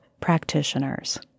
practitioners